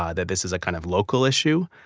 ah that this is a kind of local issue,